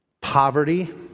poverty